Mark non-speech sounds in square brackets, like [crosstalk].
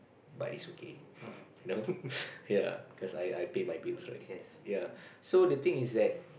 but it's okay [laughs] you know [laughs] ya cause I I pay my bills right ya so the thing is that